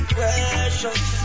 Precious